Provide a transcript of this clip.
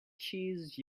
cheese